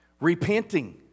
Repenting